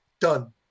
done